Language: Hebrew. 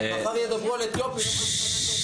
חבר'ה,